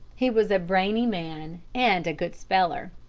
he was a brainy man and a good speller.